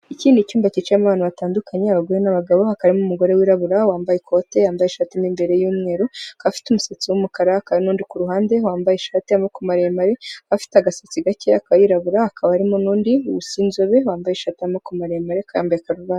Iki ni cyumba cyicamo abantu hatandukanye abagore n'abagabo, hakaba harimo umugore wirabura wambaye ikote, yambaye ishati mo imbere y'umweru, akaba afite umusatsi w'umukara hakaba hari n'undi kuruhande wambaye ishati y'amaboko maremare afite agasetsi gakeya akaba yirabura hakaba harimo n'undi usa inzobe wambaye ishati y'amaboko maremare akaba yambaye karuvati.